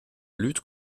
lutte